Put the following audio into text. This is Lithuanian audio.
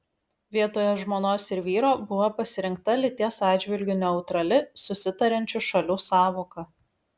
vietoje žmonos ir vyro buvo pasirinkta lyties atžvilgiu neutrali susitariančių šalių sąvoka